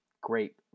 great